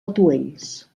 atuells